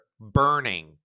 burning